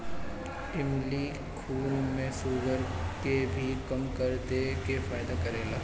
इमली खून में शुगर के भी कम करे में फायदा करेला